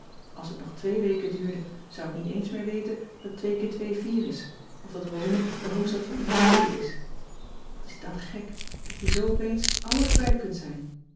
als t nog twee weken duurde zou ik niet eens meer weten dat twee keer twee vier is of dat rome de hoofdstad van italië is wat is dat gek dat je zoo opeens alles kwijt kunt zijn